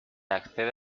accede